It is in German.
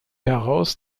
heraus